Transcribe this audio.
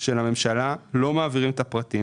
של הממשלה, לא מעבירים את הפרטים.